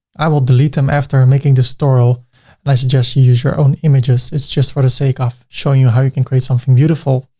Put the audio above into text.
i will delete them after making this tutorial and i suggest you use your own images. it's just for the sake of showing you how you can create something beautiful.